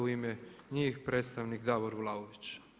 U ime njih predstavnik Davor Vlaović.